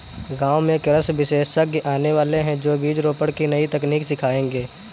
गांव में कृषि विशेषज्ञ आने वाले है, जो बीज रोपण की नई तकनीक सिखाएंगे